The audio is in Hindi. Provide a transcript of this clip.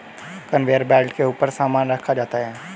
कनवेयर बेल्ट के ऊपर सामान रखा जाता है